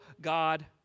God